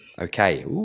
Okay